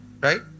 Right